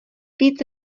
víc